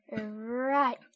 Right